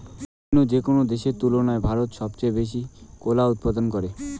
অইন্য যেকোনো দেশের তুলনায় ভারত সবচেয়ে বেশি কলা উৎপাদন করে